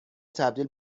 تبدیل